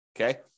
Okay